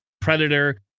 Predator